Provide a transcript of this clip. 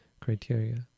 criteria